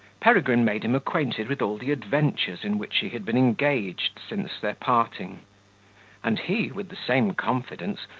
peregrine made him acquainted with all the adventures in which he had been engaged since their parting and he, with the same confidence,